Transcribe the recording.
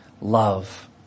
love